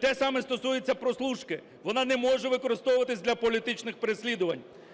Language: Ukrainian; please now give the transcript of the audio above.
Те саме стосується прослушки. Вона не може використовуватись для політичних переслідувань.